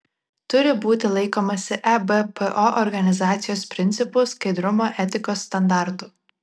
turi būti laikomasi ebpo organizacijos principų skaidrumo etikos standartų